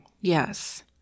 Yes